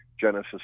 Genesis